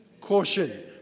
Caution